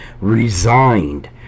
resigned